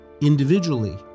individually